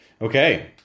okay